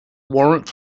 warrant